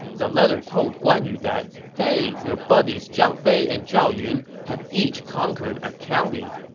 the letter told guan yu that, hey, your buddies zhang fei and zhao yun have each conquered a county.